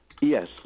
Yes